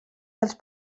dels